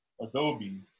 Adobe